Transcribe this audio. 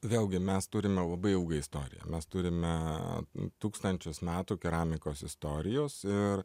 vėlgi mes turime labai ilgą istoriją mes turime tūkstančius metų keramikos istorijos ir